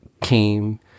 came